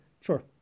sure